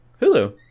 hulu